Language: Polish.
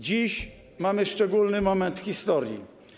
Dziś mamy szczególny moment w historii.